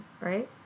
right